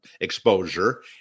exposure